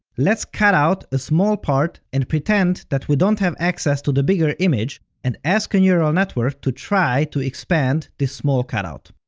let's cut out a small part and pretend that we don't have access to the bigger image and ask a neural network to try to expand this small cutout.